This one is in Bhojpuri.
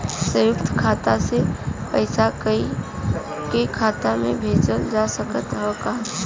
संयुक्त खाता से पयिसा कोई के खाता में भेजल जा सकत ह का?